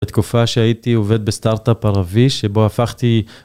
בתקופה שהייתי עובד בסטארט-אפ ערבי, שבו הפכתי...